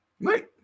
Right